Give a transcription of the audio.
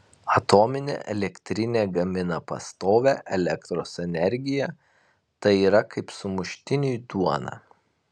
atominė elektrinė gamina pastovią elektros energiją tai yra kaip sumuštiniui duona